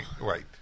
Right